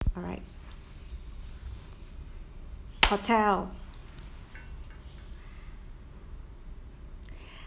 alright hotel